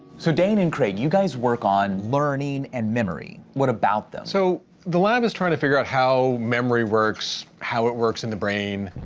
so dane and craig, you guys work on learning and memory, what about them? so the lab is trying to figure out how memory works, how it works in the brain,